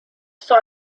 saw